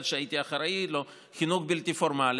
שהייתי אחראי לו: החינוך הבלתי-פורמלי.